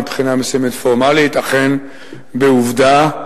מבחינה מסוימת פורמלית: בעובדה,